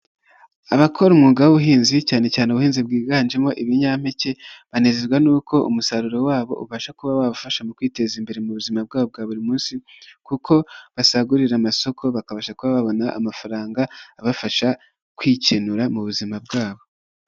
Abakora umwuga w'ubuhinzi cyane cyane ubuhinzi bwiganjemo ibinyampeke banezezwa n'uko umusaruro wabo ubasha kuba wabafasha mu kwiteza imbere mu buzima bwabo bwa buri munsi kuko basagurira amasoko bakabasha kuba babona amafaranga abafasha kwikenura mu buzima bwabo.